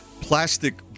plastic